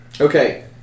Okay